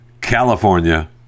California